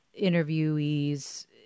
interviewees